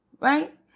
Right